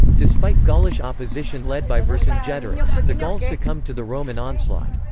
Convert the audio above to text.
despite gaulish opposition led by vercingetorix, the gauls succumbed to the roman onslaught.